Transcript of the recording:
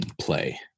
play